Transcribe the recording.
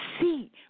see